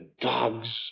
dogs